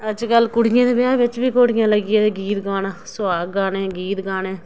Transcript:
अज्जकल कुड़ियें दे ब्याह् बिच बी लग्गी पेदे गीत गाना सुहाग गाने गीत गाने